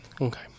Okay